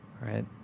Right